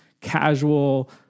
casual